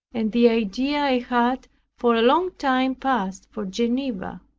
and the idea i had for a long time past for geneva.